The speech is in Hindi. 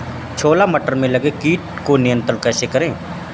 छोला मटर में लगे कीट को नियंत्रण कैसे करें?